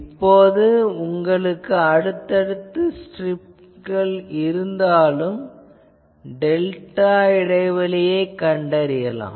இப்போது உங்களிடம் அடுத்தடுத்து ஸ்ட்ரிப்கள் இருந்தாலும் டெல்டா இடைவெளியைக் கண்டறியலாம்